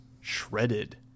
shredded